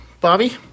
Bobby